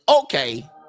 Okay